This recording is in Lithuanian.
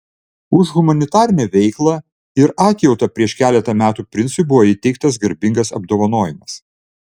už humanitarinę veiklą ir atjautą prieš keletą metų princui buvo įteiktas garbingas apdovanojimas